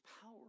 power